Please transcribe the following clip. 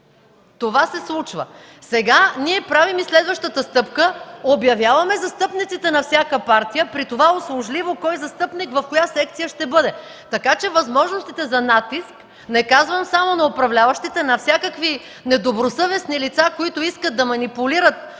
Това се случва. Сега ние правим следващата стъпка – обявяваме застъпниците на всяка партия, при това услужливо кой застъпник в коя секция ще бъде, така че възможностите за натиск, не казвам само на управляващите, на всякакви недобросъвестни лица, които искат да манипулират какво